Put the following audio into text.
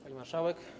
Pani Marszałek!